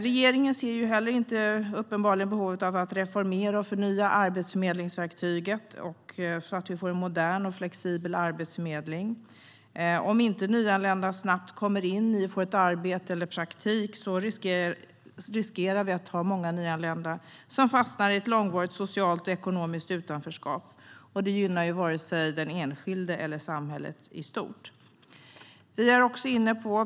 Regeringen ser uppenbarligen inte heller behovet av att reformera och förnya arbetsförmedlingsverktyget så att vi får en modern och flexibel arbetsförmedling. Om inte nyanlända snabbt får arbete eller praktik riskerar vi att många nyanlända fastnar i ett långvarigt socialt och ekonomiskt utanförskap. Det gynnar varken den enskilde eller samhället i stort.